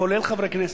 כולל חברי כנסת,